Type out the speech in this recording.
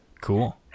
Cool